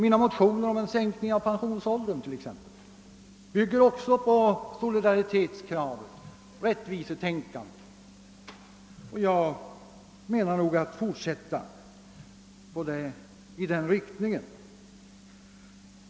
Mina motioner om en sänkning av pensionsåldern t.ex. bygger också på solidaritetskravet och rättvisetänkandet, och jag kommer att fortsätta på den vägen.